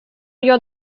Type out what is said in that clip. jag